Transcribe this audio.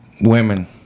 women